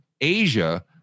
Asia